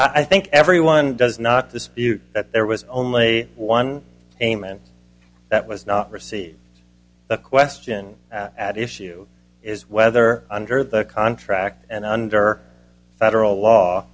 i think everyone does not dispute that there was only one game and that was not received the question at issue is whether under the contract and under federal law